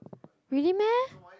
really meh